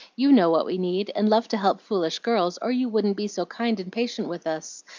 you know what we need, and love to help foolish girls, or you wouldn't be so kind and patient with us,